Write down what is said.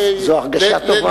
זו הרגשה טובה.